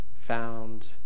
found